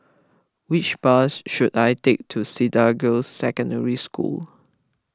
which bus should I take to Cedar Girls' Secondary School